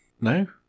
No